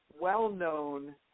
well-known